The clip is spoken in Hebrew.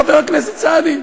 חבר הכנסת סעדי?